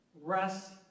rest